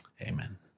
Amen